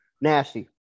Nasty